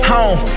Home